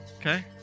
Okay